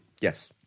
Yes